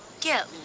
Get